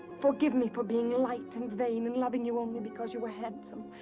forgive me for being light and vain, and loving you only because you were handsome.